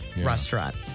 restaurant